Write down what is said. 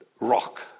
rock